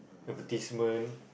advertisement